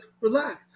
relax